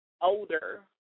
older